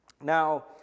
now